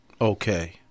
okay